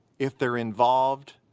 if they're involved,